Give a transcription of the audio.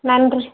நன்றி